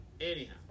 anyhow